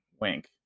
Wink